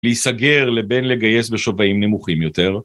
להיסגר, לבין לגייס בשוויים נמוכים יותר.